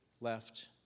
left